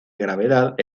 gravedad